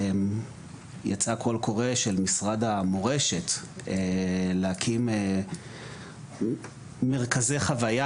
יצא "קול קורא" של משרד המורשת להקים מרכזי חוויה,